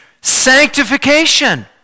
sanctification